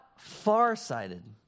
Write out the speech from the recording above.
farsighted